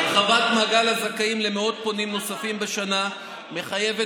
הרחבת מעגל הזכאים למאות פונים נוספים בשנה מחייבת